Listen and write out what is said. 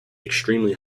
extremely